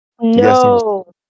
no